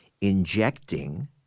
injecting